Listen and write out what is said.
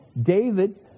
David